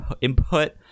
input